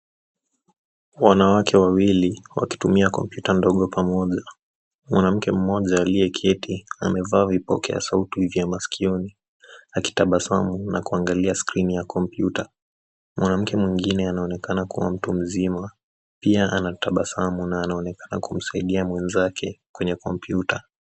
Wanawake wawili wakitumia kompyuta ndogoi pamoja, mwanamke mmoja aliyeketi amevaa vipokea sauti vya masikioni akitabasamuna kuangalia skrini ya kompyuta. Mwanamke mwingine anaonekana kuwa mtu mzima pia anatabasamu na anaonekana kumsaidia mwenzake kwenye kompyuta.